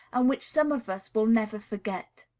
and which some of us will never forget.